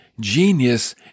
genius